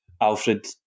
Alfred